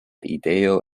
ideo